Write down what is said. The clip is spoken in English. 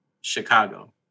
Chicago